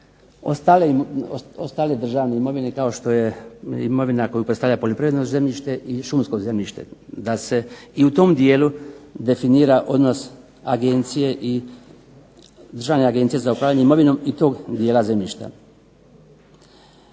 ostale državne imovine kao što je imovina koju predstavlja poljoprivredno zemljište i šumsko zemljište, da se i u tom dijelu definira odnos Državne agencije za upravljanje imovinom i tog dijela zemljišta.